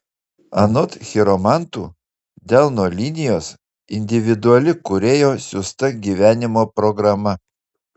anot chiromantų delno linijos individuali kūrėjo siųsta gyvenimo programa